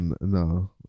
No